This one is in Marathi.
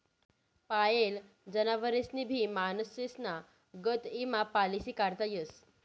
पायेल जनावरेस्नी भी माणसेस्ना गत ईमा पालिसी काढता येस